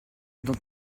dans